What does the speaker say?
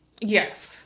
yes